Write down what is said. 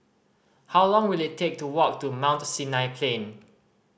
how long will it take to walk to Mount Sinai Plain